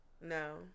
no